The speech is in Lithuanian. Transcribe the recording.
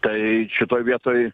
tai šitoj vietoj